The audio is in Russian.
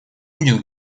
будет